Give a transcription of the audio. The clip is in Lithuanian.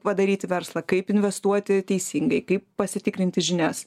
padaryti verslą kaip investuoti teisingai kaip pasitikrinti žinias